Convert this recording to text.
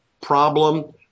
problem